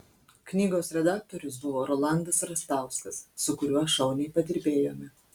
knygos redaktorius buvo rolandas rastauskas su kuriuo šauniai padirbėjome